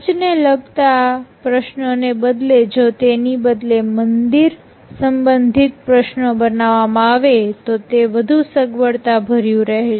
church ને લગતા પ્રશ્નોને બદલે જો તેની બદલે મંદિર સબંધિત પ્રશ્નો બનાવવામાં આવે તો તે વધુ સગવડભર્યું રહે